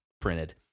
printed